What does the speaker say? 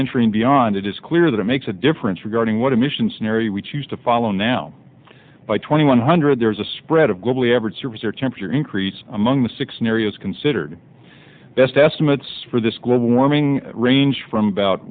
century and beyond it is clear that it makes a difference regarding what emissions scenario we choose to follow now by twenty one hundred there is a spread of global average service or temperature increase among the six in areas considered best estimates for this global warming range from about